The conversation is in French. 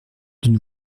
d’une